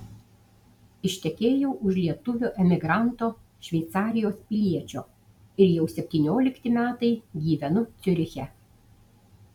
ištekėjau už lietuvio emigranto šveicarijos piliečio ir jau septyniolikti metai gyvenu ciuriche